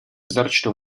esercito